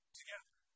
together